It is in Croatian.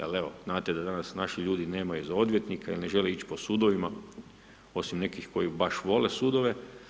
Ali evo znate da danas naši ljudi nemaju za odvjetnika i ne žele ići po sudovima osim nekih koji baš vole sudove.